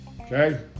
Okay